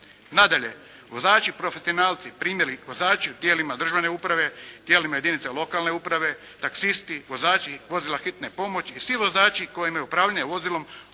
Nadalje, vozači profesionalci primjeri vozači u tijelima državne uprave, tijelima jedinice lokalne uprave, taksisti, vozači vozila hitne pomoći i svi vozači kojima je upravljanje vozilom osnovno